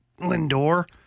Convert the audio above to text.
Lindor